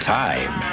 time